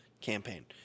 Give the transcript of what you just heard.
campaign